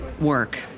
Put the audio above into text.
work